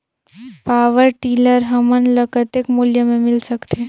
Power tiller हमन ल कतेक मूल्य मे मिल सकथे?